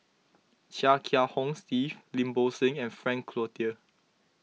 Chia Kiah Hong Steve Lim Bo Seng and Frank Cloutier